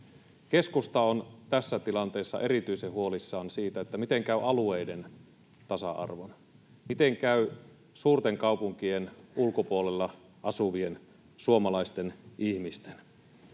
Keskusta on tässä tilanteessa erityisen huolissaan siitä, miten käy alueiden tasa-arvon, miten käy suurten kaupunkien ulkopuolella asuvien suomalaisten ihmisten.